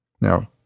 Now